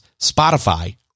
Spotify